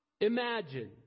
imagine